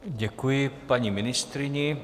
Děkuji paní ministryni.